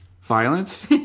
violence